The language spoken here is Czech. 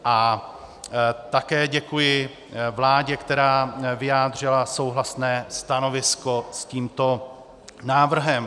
A také děkuji vládě, která vyjádřila souhlasné stanovisko s tímto návrhem.